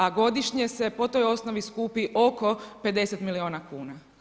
A godišnje se po toj osnovi skupi oko 50 milijuna kuna.